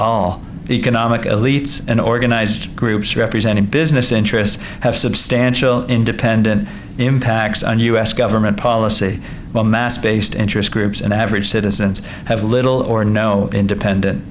all economic elites in organized groups representing business interests have substantial independent impacts on u s government policy while mass based interest groups and average citizens have little or no independent